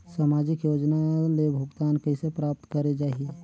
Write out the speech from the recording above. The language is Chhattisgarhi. समाजिक योजना ले भुगतान कइसे प्राप्त करे जाहि?